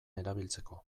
erabiltzeko